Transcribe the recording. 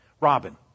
Robin